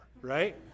right